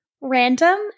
random